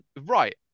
Right